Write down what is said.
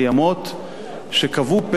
שקבעו פה-אחד שהמוסד,